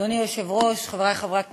אדוני היושב-ראש, חברי חברי הכנסת,